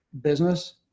business